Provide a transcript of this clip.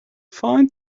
find